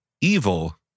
evil